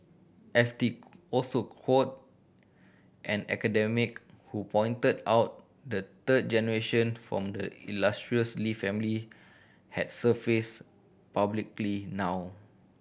F T also quoted an academic who pointed out the third generation from the illustrious Lee family has surfaced publicly now